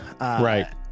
right